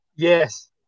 Yes